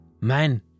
man